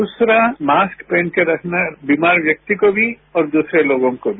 दूसरा मास्क पहनकर रखना बीमार व्यक्ति को मी और दूसरे लोगों को भी